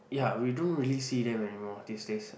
ya we don't really see them anymore these days